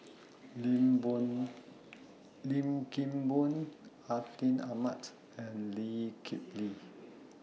Lim Boon Lim Kim Boon Atin Amat and Lee Kip Lee